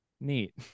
neat